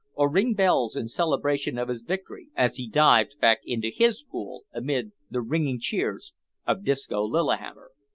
or ring bells in celebration of his victory, as he dived back into his pool amid the ringing cheers of disco lillihammer.